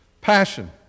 passion